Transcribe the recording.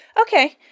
Okay